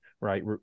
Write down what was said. right